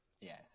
yes